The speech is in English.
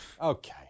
okay